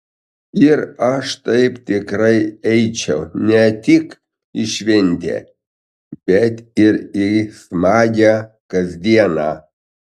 ir aš taip tikrai eičiau ne tik į šventę bet ir į smagią kasdieną